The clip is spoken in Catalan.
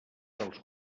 dels